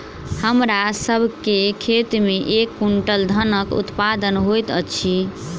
हमरा सभ के खेत में एक क्वीन्टल धानक उत्पादन होइत अछि